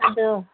ꯑꯗꯨ